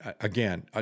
again